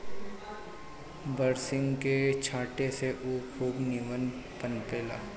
बरसिंग के छाटे से उ खूब निमन पनपे ला